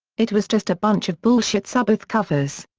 it was just a bunch of bullshit sabbath covers.